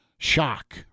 Shock